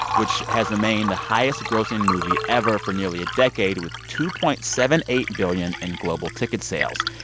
which has remained the highest-grossing movie ever for nearly a decade with two point seven eight billion in global ticket sales.